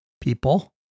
people